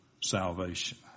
salvation